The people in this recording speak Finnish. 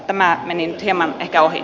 tämä meni nyt hieman ehkä ohi